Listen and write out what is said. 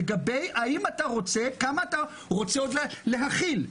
בשאלה כמה אתה רוצה עוד להכיל?